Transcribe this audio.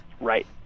Right